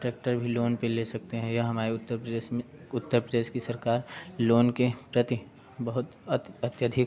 tractor भी loan पे ले सकते हैं यह हमारे उत्तर प्रदेश में उत्तर प्रदेश की सरकार लोन के प्रति बहुत अति अत्यधिक